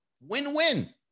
Win-win